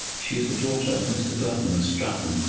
she is the daughter of mr. burton of stratton.